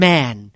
Man